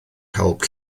help